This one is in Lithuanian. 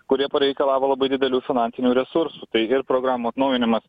kurie pareikalavo labai didelių finansinių resursų tai ir programų atnaujinimas